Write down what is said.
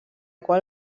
qual